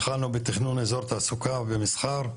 התחלנו בתכנון אזור תעסוקה ומסחר,